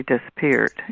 disappeared